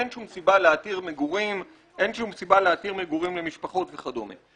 אין שום סיבה להתיר מגורים למשפחות וכדומה.